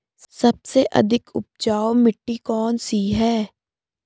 सबसे अधिक उपजाऊ मिट्टी कौन सी है?